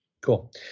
Cool